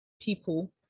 people